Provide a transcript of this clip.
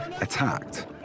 attacked